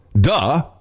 Duh